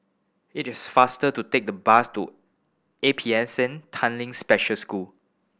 it is faster to take the bus to A P S N Tanglin Special School